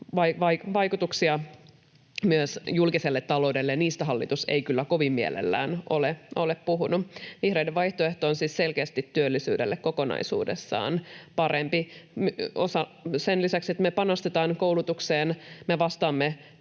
Vaikutuksista myös julkiselle taloudelle hallitus ei kyllä kovin mielellään ole puhunut. Vihreiden vaihtoehto on siis selkeästi työllisyydelle kokonaisuudessaan parempi. Sen lisäksi, että me panostetaan koulutukseen, me vastaamme